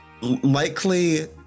likely